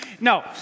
no